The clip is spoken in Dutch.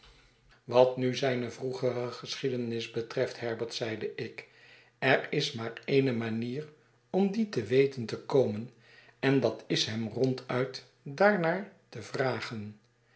wat nu zijne vroegere geschiedenis betreft herbert zeide ik er is maar eene manier om die te weten te komen en dat is hem ronduit daarnaar te vragen